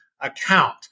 account